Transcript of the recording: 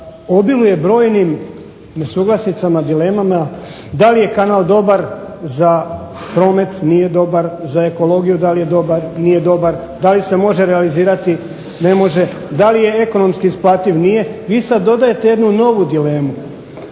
obiluje brojnim nesuglasicama, dilemama, da li je kanal dobar za promet-nije dobar, za ekologiju da li je dobar-nije dobar, da li se može realizirati-ne može, da li je ekonomski isplativ-nije. Vi sad dodajete jednu novu dilemu,